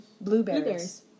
Blueberries